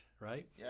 right